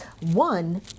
One